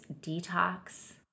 detox